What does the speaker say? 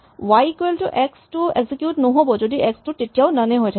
Y equal to x টো execute নহ'ব যদি এক্স টো তেতিয়াও নন এই হৈ থাকে